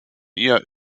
ihr